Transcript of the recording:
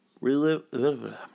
Relive